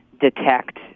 detect